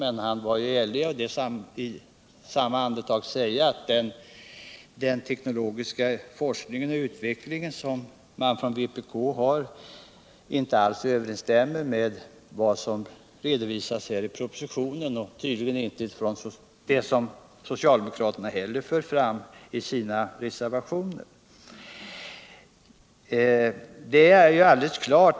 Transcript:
Men han varärlig nog att i samma andetag säga att den tekniska forskning och utveckling som vpk föreslagit inte alls överensstämmer med propositionens förslag och inte heller med socialdemokraternas reservationsförslag.